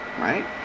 right